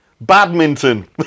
Badminton